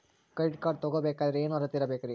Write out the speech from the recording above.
Credit card ತೊಗೋ ಬೇಕಾದರೆ ಏನು ಅರ್ಹತೆ ಇರಬೇಕ್ರಿ?